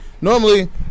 normally